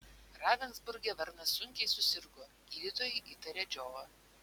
ravensburge varnas sunkiai susirgo gydytojai įtarė džiovą